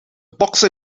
bokser